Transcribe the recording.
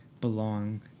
belong